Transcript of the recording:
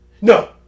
No